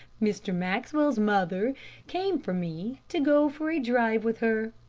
mr. maxwell's mother came for me to go for a drive with her.